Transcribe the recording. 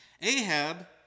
Ahab